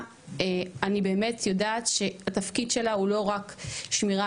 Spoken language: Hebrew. אני באמת יודעת שהתפקיד של המשטרה הוא לא רק שמירה